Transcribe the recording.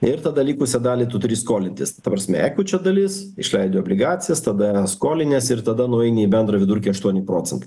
ir tada likusią dalį tu turi skolintis ta prasme eku čia dalis išleidi obligacijas tada skoliniesi ir tada nueini į bendrą vidurkį aštuoni procentai